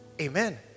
Amen